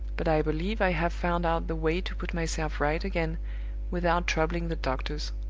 but i believe i have found out the way to put myself right again without troubling the doctors.